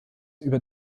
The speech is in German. über